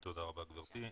תודה רבה, גברתי.